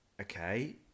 okay